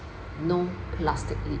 no plastic